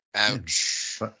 Ouch